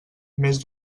més